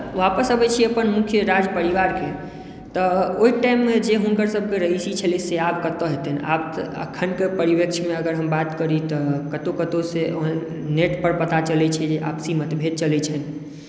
आब वापस अबै छी अपन मुख्य राजपरिवारके तऽ ओहि टाइम मे जे हुनकर सभके रईसी छलै से आब कतौ हेतनि आब अखनक परिपेक्ष्यमे अगर हम बात करी तऽ कतौ कतौ नेट सँ पता चलै छै जे आपसी मतभेद चलै छनि